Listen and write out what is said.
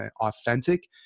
authentic